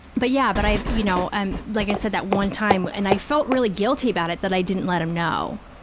but yeah, but i've, you know, like i said, that one time, and i felt really guilty about it, that i didn't let him know,